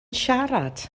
siarad